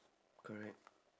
correct